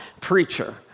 preacher